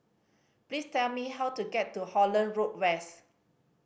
please tell me how to get to Holland Road West